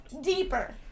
Deeper